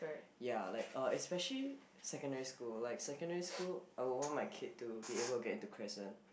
ya like uh especially secondary school like secondary school I would want my kid to be able to get into Crescent